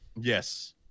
Yes